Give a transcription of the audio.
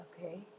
Okay